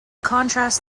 contrasts